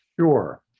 Sure